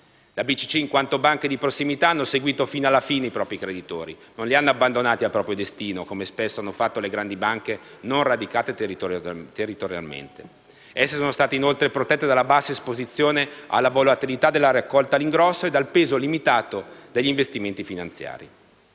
Le BCC, in quanto banche di prossimità, hanno seguito sino alla fine i propri creditori e non li hanno abbandonati al proprio destino, come spesso hanno fatto le grandi banche non radicate territorialmente. Esse sono state, inoltre, protette dalla bassa esposizione alla volatilità della raccolta all'ingrosso e dal peso limitato degli investimenti finanziari.